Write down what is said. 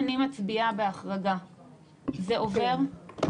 אם אני מצביעה בהחרגה זה עובר?